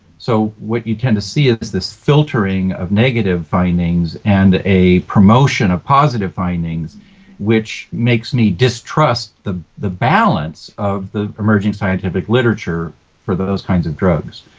so what you tend to see is this filtering of negative findings and a promotion of positive findings which makes me distrust the the balance of the emerging scientific literature for those kinds of drugs.